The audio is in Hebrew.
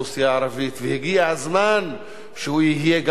והגיע הזמן שהוא יהיה גם אירוע מכונן